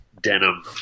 denim